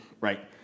right